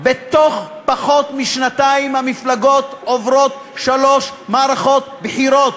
בתוך פחות משנתיים המפלגות עוברות שלוש מערכות בחירות: